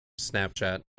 Snapchat